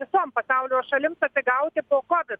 visom pasaulio šalims atsigauti po kovid